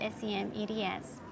SEM-EDS